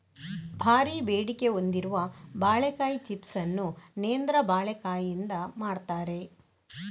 ಭಾರೀ ಬೇಡಿಕೆ ಹೊಂದಿರುವ ಬಾಳೆಕಾಯಿ ಚಿಪ್ಸ್ ಅನ್ನು ನೇಂದ್ರ ಬಾಳೆಕಾಯಿಯಿಂದ ಮಾಡ್ತಾರೆ